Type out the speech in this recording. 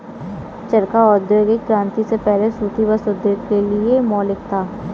चरखा औद्योगिक क्रांति से पहले सूती वस्त्र उद्योग के लिए मौलिक था